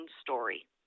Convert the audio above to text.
story